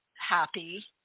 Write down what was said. happy